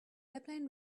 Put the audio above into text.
airplane